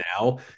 now